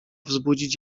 wzbudzić